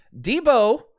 Debo